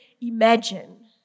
imagine